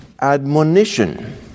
admonition